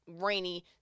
rainy